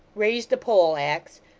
raised a pole-axe,